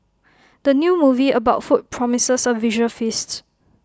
the new movie about food promises A visual feast